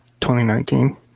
2019